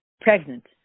pregnant